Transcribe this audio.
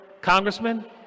Congressman